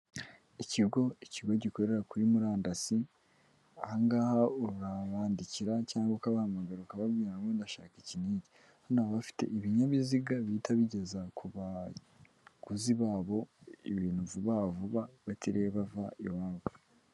Ikigo, ikigo gikorera kuri murandasi, aha ngaha urabandikira cyangwa ukabahamagara, ukababwira ngo ndashaka iki n'iki, hano baba bafite ibinyabizigahita bigeza ku baguzi babo ibintu vuba vuba batireba bava iwabo.